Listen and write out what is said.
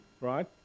right